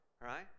right